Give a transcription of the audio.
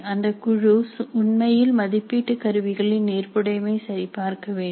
அந்தக் குழு உண்மையில் மதிப்பீட்டு கருவிகளின் ஏற்புடைமை சரிபார்க்க வேண்டும்